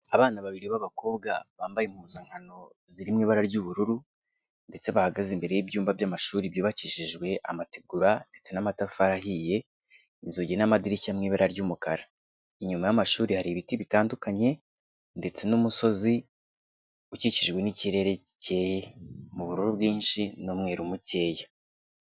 Abana babiri b'abakobwa bambaye impuzankano ziri mu ibara ry'ubururu, ndetse bahagaze imbere y'ibyumba by'amashuri byubakishijwe amategura ndetse n'amatafari ahiye, inzugi n'amadirishya mu ibara ry'umukara. Inyuma y'amashuri hari ibiti bitandukanye, ndetse n'umusozi, ukikijwe n'ikirere gikeye mu bururu bwinshi n'umweru mukeya.